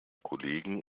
kollegen